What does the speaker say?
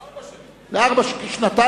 ארבע שנים.